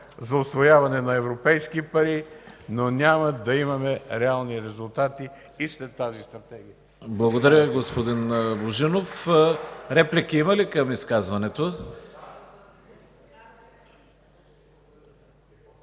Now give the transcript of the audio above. за усвояване на европейски пари, но няма да имаме реални резултати и след тази Стратегия.